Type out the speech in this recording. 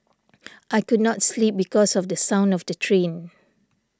I could not sleep because of the sound of the train